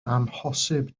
amhosib